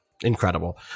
Incredible